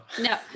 No